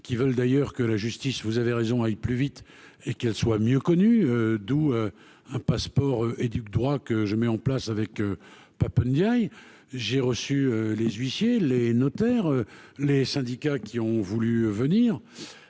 qui veulent d'ailleurs que la justice, vous avez raison, aille plus vite et qu'elle soit mieux connu, d'où un passeport et du droit, que je mets en place avec Pape NDiaye, j'ai reçu les huissiers, les notaires, les syndicats qui ont voulu venir,